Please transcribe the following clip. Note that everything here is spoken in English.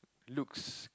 looks